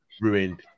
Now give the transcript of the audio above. ruined